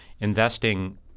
investing